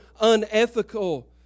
unethical